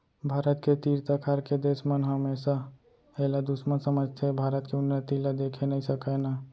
भारत के तीर तखार के देस मन हमेसा एला दुस्मन समझथें भारत के उन्नति ल देखे नइ सकय ना